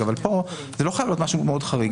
אבל כאן זה לא חייב להיות משהו מאוד חריג.